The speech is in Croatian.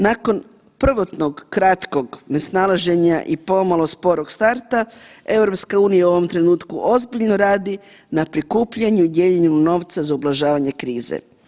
Nakon prvotnog kratkog nesnalaženja i pomalo sporog starta, EU u ovom trenutku ozbiljno radi na prikupljanju i dijeljenu novca za ublažavanje krize.